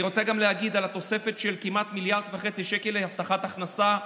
אני רוצה גם להגיד על התוספת של כמעט מיליארד וחצי שקל להבטחת הכנסה.